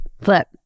Flip